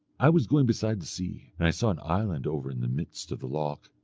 i was going beside the sea, and i saw an island over in the midst of the loch,